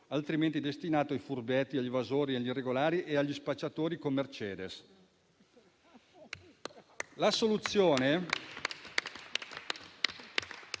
altrimenti destinato ai furbetti, agli evasori, agli irregolari e agli spacciatori con Mercedes.